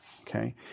Okay